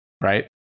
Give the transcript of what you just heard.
right